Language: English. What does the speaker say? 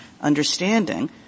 understanding